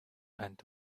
and